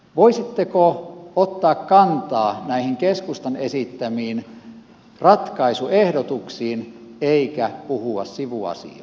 voisitteko ottaa kantaa näihin keskustan esittämiin ratkaisuehdotuksiin ettekä puhuisi sivuasioista